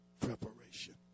preparation